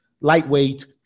lightweight